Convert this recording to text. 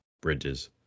Bridges